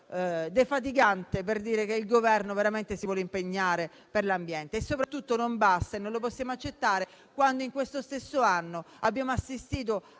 defaticante per dimostrare che il Governo veramente si vuole impegnare per l'ambiente. Soprattutto non basta e non lo possiamo accettare, quando in questo stesso anno abbiamo assistito a